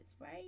Right